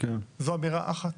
זו אמירה אחת.